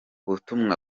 butumwa